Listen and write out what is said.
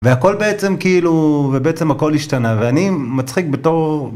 והכל בעצם כאילו ובעצם הכל השתנה ואני מצחיק בתור.